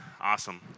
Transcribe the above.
Awesome